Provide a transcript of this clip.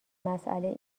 مساله